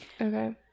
Okay